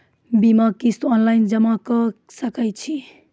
बीमाक किस्त ऑनलाइन जमा कॅ सकै छी?